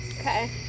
Okay